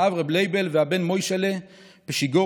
האב רב לייבל והבן מוישל'ה פשיגורסקי,